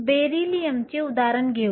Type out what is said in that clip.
बेरिलियमचे उदाहरण घेऊ